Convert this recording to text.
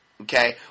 okay